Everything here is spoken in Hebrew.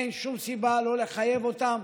אין שום סיבה לא לחייב אותן